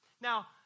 Now